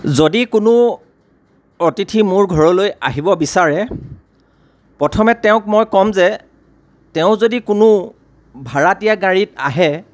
যদি কোনো অতিথি মোৰ ঘৰলৈ আহিব বিচাৰে প্ৰথমে তেওঁক মই ক'ম যে তেওঁ যদি কোনো ভাড়া দিয়া গাড়ীত আহে